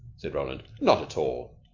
said roland. not at all.